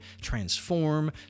transform